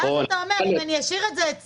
ואז אתה אומר: אם אני אשאיר את זה אצלי,